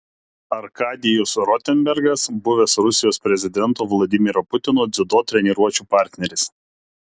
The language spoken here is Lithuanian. arkadijus rotenbergas buvęs rusijos prezidento vladimiro putino dziudo treniruočių partneris